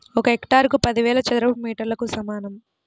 ఒక హెక్టారు పదివేల చదరపు మీటర్లకు సమానం